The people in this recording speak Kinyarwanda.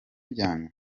byanyu